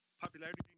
popularity